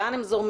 לאן הם זורמים,